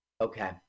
Okay